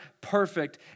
perfect